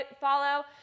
follow